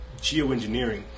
geoengineering